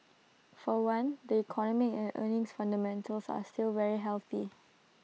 for one the economic and earnings fundamentals are still very healthy